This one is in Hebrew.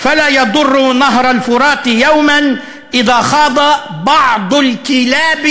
והרי גם נהר פרת לא יינזק אם יחצהו אחד הכלבים.)